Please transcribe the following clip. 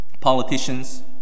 Politicians